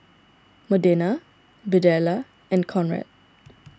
Modena Birdella and Conrad